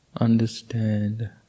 Understand